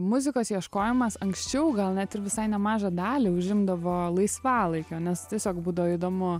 muzikos ieškojimas anksčiau gal net ir visai nemažą dalį užimdavo laisvalaikio nes tiesiog būdavo įdomu